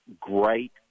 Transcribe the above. great